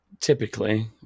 typically